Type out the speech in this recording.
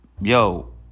yo